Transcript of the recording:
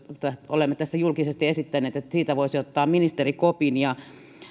olemme tässä julkisesti esittäneet että siitä voisi ottaa ministeri kopin